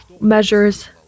measures